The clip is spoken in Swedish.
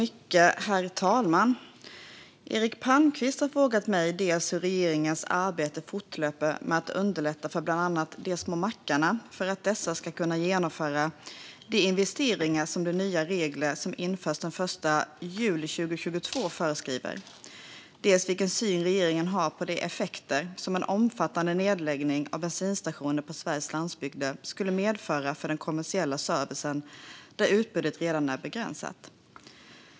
Herr talman! Eric Palmqvist har frågat mig dels hur regeringens arbete fortlöper med att underlätta för bland annat de små mackarna för att dessa ska kunna genomföra de investeringar som de nya regler som införs den 1 juli 2022 föreskriver, dels vilken syn regeringen har på de effekter som en omfattande nedläggning av bensinstationer på Sveriges landsbygd skulle medföra för den kommersiella servicen där utbudet redan är begränsat.